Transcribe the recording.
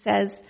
says